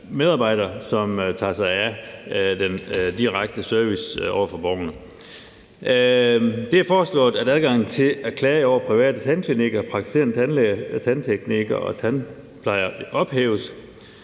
medarbejdere, som tager sig af den direkte service over for borgerne. Det bliver foreslået, at adgangen til at klage over private tandklinikker, praktiserende tandlæger, teknikere og tandplejere ophæves.